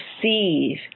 perceive